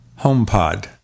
HomePod